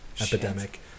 epidemic